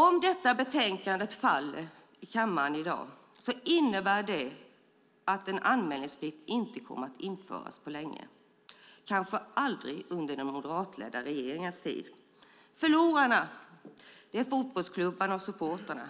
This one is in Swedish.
Om betänkandet faller i voteringen i kammaren i dag innebär det att en anmälningsplikt inte kommer att införas, kanske aldrig under den moderatledda regeringens tid. Förlorarna är fotbollsklubbarna och supportrarna.